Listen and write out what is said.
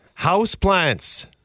houseplants